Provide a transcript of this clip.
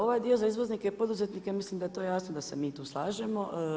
Ovaj dio za izvoznike i poduzetnike mislim da je to jasno da se mi tu slažemo.